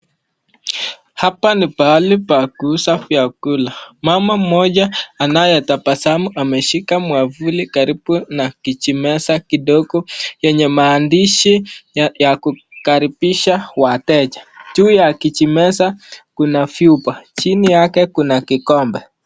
Hapa ni pahali pa kuuza vyakula mama mmoja anayetabasamu ameshika mwavuli karibu na kijimeza kidogo yenye maandishi ya kukaribisha wateja juu ya kijimeza kuna vyupa chini yake kuna kikombe.